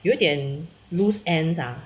有一点 loose ends ah